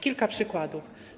Kilka przykładów.